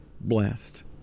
blessed